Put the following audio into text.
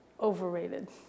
Overrated